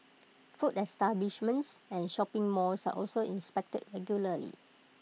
food establishments and shopping malls are also inspected regularly